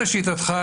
לשיטתך,